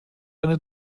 eine